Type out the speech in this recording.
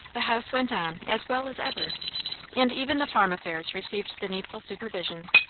the house went on as well as ever and even the farm affairs received the needful supervision.